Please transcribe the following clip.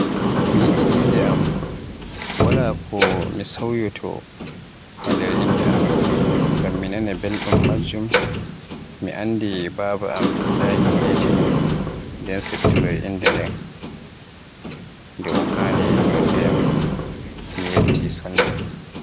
Mi yiɗi innde am, wala ko mi sauyo to e nder innde am, ngam mi nana belɗum majjum. Mi anndi baaba am daki hetini nden siftoroy inde nde mi haani un noddayam, mi yetti sanne.